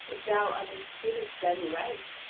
if thou understoodest them aright,